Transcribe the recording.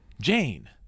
Jane